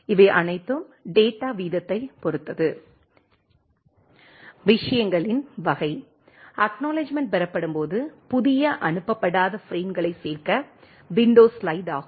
இவை அனைத்தும் டேட்டா வீதத்தைப் பொறுத்தது குறிப்பு நேரம் 1814 விஷயங்களின் வகை அக்நாலெட்ஜ்மெண்ட் பெறப்படும்போது புதிய அனுப்பப்படாத பிரேம்களைச் சேர்க்க விண்டோ ஸ்லைடு ஆகும்